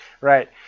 Right